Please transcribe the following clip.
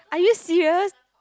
are you serious